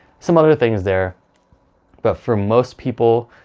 some other things there but for most people,